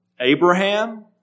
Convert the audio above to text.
Abraham